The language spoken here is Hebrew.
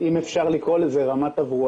אם אפשר לקרוא לזה כך,